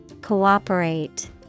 Cooperate